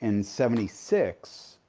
in seventy six,